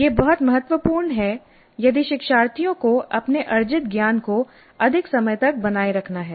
यह बहुत महत्वपूर्ण है यदि शिक्षार्थियों को अपने अर्जित ज्ञान को अधिक समय तक बनाए रखना है